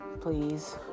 Please